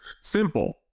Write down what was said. simple